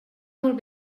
molt